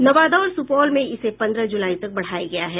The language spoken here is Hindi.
नवादा और सुपौल में इसे पन्द्रह जुलाई तक बढ़ाया गया है